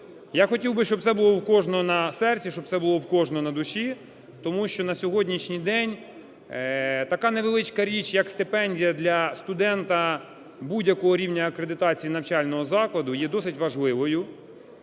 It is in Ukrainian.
я хотів би, щоб це було у кожного на серці, щоб це було у кожного на душі. Тому що на сьогоднішній день така невеличка річ як стипендія для студента будь-якого рівня акредитації навчального закладу є досить важливою.